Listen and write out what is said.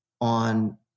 on